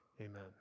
amen